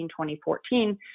2014